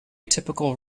typical